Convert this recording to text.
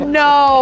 no